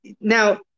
Now